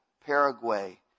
Paraguay